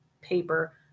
paper